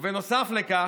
ובנוסף לכך,